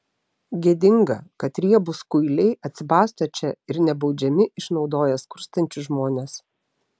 gėdinga kad riebūs kuiliai atsibasto čia ir nebaudžiami išnaudoja skurstančius žmones